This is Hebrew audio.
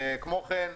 כמו כן,